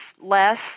less